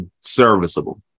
serviceable